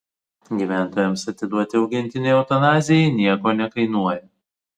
gyventojams atiduoti augintinį eutanazijai nieko nekainuoja